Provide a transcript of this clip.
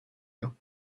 you